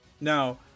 Now